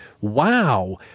Wow